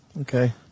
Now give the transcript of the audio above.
Okay